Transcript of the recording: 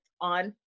on